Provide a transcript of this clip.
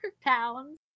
pounds